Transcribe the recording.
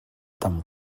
tam